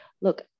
look